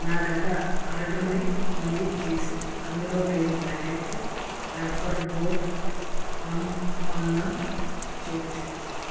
నా గత ఆర్డర్ని మళ్ళీ చేసి అందులో ఐదు ప్యాకెట్లు పేపర్ బోట్ ఆమ్ పన్నా చేర్చు